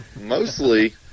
mostly